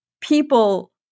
people